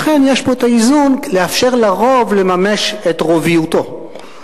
לכן, יש פה האיזון לאפשר לרוב לממש את רוביותו.